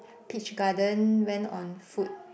Peach Garden went on food